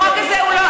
החוק הזה הוא לא,